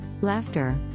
Laughter